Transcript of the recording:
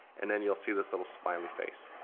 and then you'll see this little smiley face.